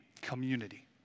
community